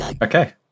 Okay